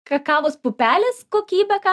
kakavos pupelės kokybė ką